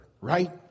right